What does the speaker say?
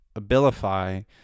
Abilify